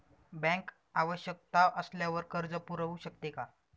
Bank आवश्यकता असल्यावर कर्ज पुरवू शकते का?